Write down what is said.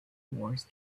wars